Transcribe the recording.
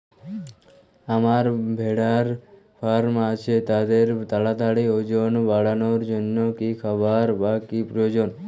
আমার ভেড়ার ফার্ম আছে তাদের তাড়াতাড়ি ওজন বাড়ানোর জন্য কী খাবার বা কী প্রয়োজন?